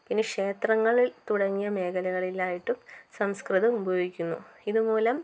പിന്നെ ക്ഷേത്രങ്ങളിൽ തുടങ്ങിയ മേഖലകളിലായിട്ടും സംസ്കൃതം ഉപയോഗിക്കുന്നു ഇത് മൂലം